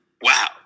Wow